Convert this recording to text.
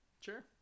sure